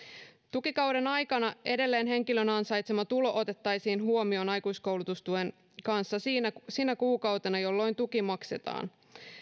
tukikauden aikana edelleen henkilön ansaitsema tulo otettaisiin huomioon aikuiskoulutustuen kanssa sinä kuukautena jolloin tuki maksetaan